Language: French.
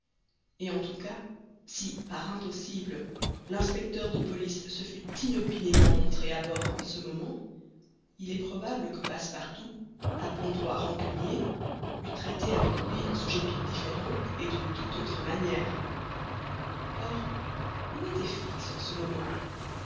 et en tout cas si par impossible l'inspecteur de police se fût inopinément montré à bord en ce moment il est probable que passepartout à bon droit rancunier eût traité avec lui un sujet tout différent et d'une tout autre manière or où était fix en ce moment